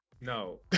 no